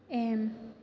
M